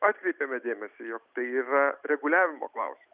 atkreipėme dėmesį jog tai yra reguliavimo klausimas